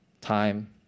time